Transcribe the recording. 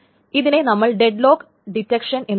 ഇതിനെ നമ്മൾ dead lock detection എന്നു പറയും